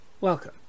Welcome